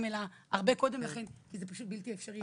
אלא הרבה קודם לכן כי זה פשוט בלתי אפשרי.